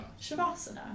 Shavasana